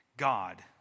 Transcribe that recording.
God